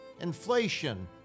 inflation